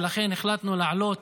ולכן החלטנו להעלות